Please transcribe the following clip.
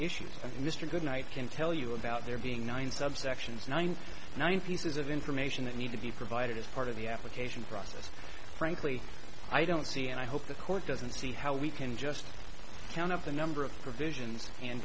issues and mr goodnight can tell you about there being nine subsections ninety nine pieces of information that need to be provided as part of the application process frankly i don't see and i hope the court doesn't see how we can just count of the number of provisions and